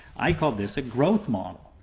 i call this a growth model.